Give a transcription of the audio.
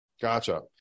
Gotcha